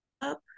up